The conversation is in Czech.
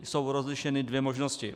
Jsou rozlišeny dvě možnosti.